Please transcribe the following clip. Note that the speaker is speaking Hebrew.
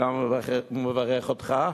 גם מברך אותך,